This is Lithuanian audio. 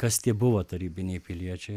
kas tie buvo tarybiniai piliečiai